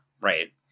right